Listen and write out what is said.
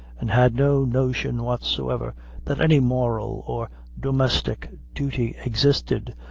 and had no notion whatsoever that any moral or domestic duty existed,